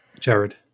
Jared